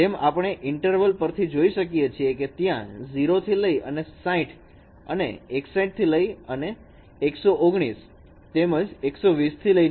જેમ આપણે ઇન્ટરવલ પરથી જોઇ શકીએ છીએ કે ત્યાં 0 થી લઇ અને 60 અને અને 61 થી લઇ ને 119 અને 120 થી લઇ ને 255 સુધિ ના ઇન્ટરવલ મડે છે